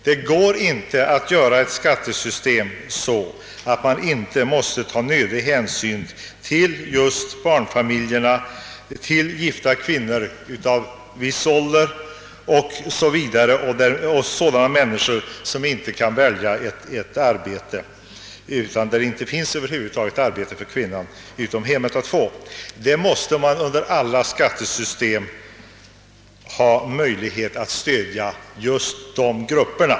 Det går inte att utforma ett skattesystem utan att ta hänsyn till barnfamiljerna samt till gifta kvinnor som på grund av ålder etc. inte har möjlighet att få yrkesarbete - utanför hemmet. Just dessa grupper måste man i alla skattesystem ha - möjlighet att stödja.